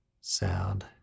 sound